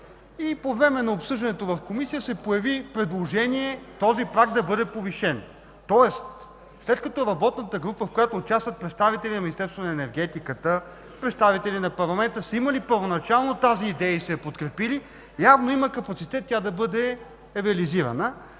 И по време на обсъждането в Комисия се появи предложение този праг да бъде повишен. Тоест, след като работната група, в която участват представители на Министерство на енергетиката, представители на парламента са имали първоначално тази идея и са я подкрепили, явно има капацитет тя да бъде реализирана.